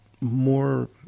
more